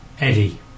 Eddie